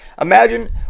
Imagine